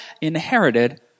inherited